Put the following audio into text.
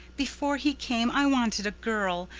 before he came i wanted a girl,